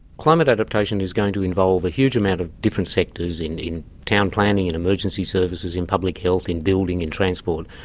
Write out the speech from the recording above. climate adaptation is going to involve a huge amount of different sectors in in town planning and emergency services in public health, in building, in transport.